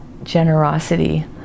generosity